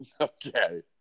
Okay